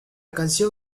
canción